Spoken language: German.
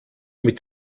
mit